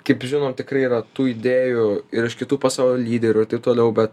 kaip žinot tikrai yra tų idėjų ir iš kitų pasaulio lyderių ir taip toliau bet